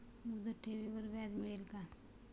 मुदत ठेवीवर व्याज मिळेल का?